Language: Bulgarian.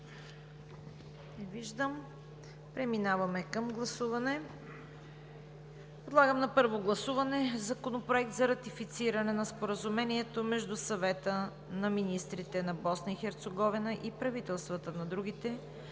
желаещи. Преминаваме към гласуване. Подлагам на първо гласуване Законoпроекта за ратифициране на Споразумението между Съвета на министрите на Босна и Херцеговина и правителствата на другите